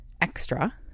extra